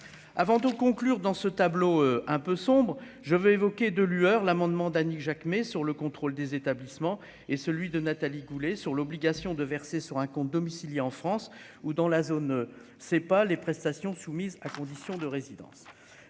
avant de conclure, dans ce tableau un peu sombre, je veux évoquer de lueur l'amendement d'Annick Jacquemet sur le contrôle des établissements et celui de Nathalie Goulet sur l'obligation de verser sur un compte domicilié en France ou dans la zone, c'est pas les prestations soumises à condition de résidence,